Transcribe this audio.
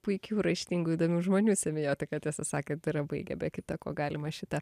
puikių raštingų įdomių žmonių semiotiką tiesą sakant yra baigę be kita ko galima šitą